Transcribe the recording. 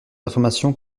informations